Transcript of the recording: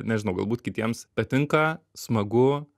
nežinau galbūt kitiems patinka smagu